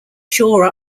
shore